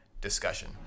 discussion